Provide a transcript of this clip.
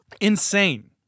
Insane